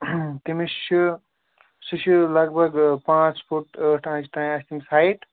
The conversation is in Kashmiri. تٔمِس چھُ سُہ چھُ لگ بگ پانٛژھ فُٹ ٲٹھ آنٛچہِ تام آسہِ تٔمِس ہایِٹ